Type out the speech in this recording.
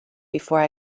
before